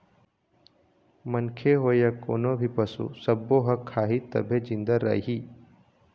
मनखे होए य कोनो भी पसू सब्बो ह खाही तभे जिंदा रइही